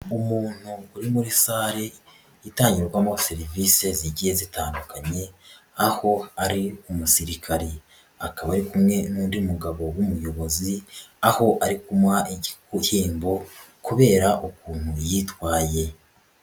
Umuntu uri muri sale itangirwamo serivise zigiye zitandukanye aho ari umusirikari, akaba ari kumwe n'undi mugabo w'umuyobozi aho ari kumuha igihembo kubera ukuntu yitwaye.